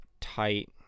tight